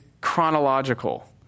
chronological